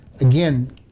again